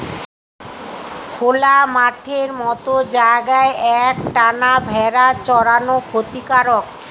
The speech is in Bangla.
খোলা মাঠের মত জায়গায় এক টানা ভেড়া চরানো ক্ষতিকারক